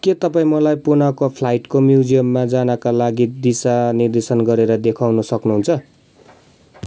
के तपाईँ मलाई पुनाको फ्लाइटको म्युजियममा जानका लागि दिशा निर्देशन गरेर देखाउन सक्नुहुन्छ